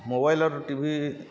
mobile or ଟିଭ